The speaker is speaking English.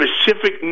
specific